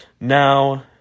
now